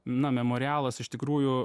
na memorialas iš tikrųjų